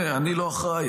כן, אני לא אחראי.